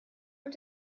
und